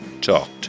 Talked